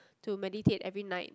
to meditate every night